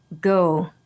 Go